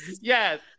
Yes